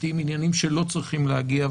לעיתים עניינים שלא צריכים להגיע.